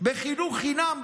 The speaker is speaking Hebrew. בחינוך חינם,